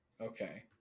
Okay